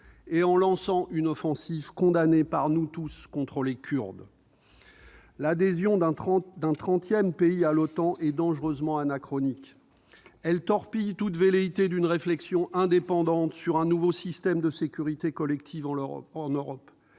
et en lançant une offensive condamnée par nous tous contre les Kurdes ? L'adhésion d'un trentième pays à l'OTAN est dangereusement anachronique. Elle torpille toute velléité d'une réflexion indépendante sur un nouveau système de sécurité collective en Europe.